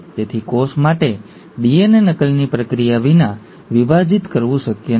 તેથી કોષ માટે ડીએનએ નકલની પ્રક્રિયા વિના વિભાજિત કરવું શક્ય નથી